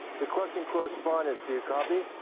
requesting correspondence, do you copy?